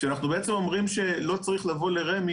כשאנחנו בעצם אומרים שלא צריך לבוא לרמ"י,